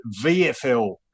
VFL